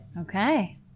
Okay